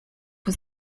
was